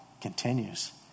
continues